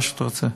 מה שאתה רוצה.